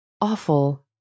Awful